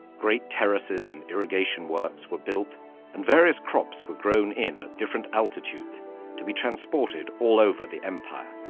great terraces and irrigation works were built and various crops were grown in at different altitudes to be transported all over the empire.